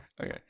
Okay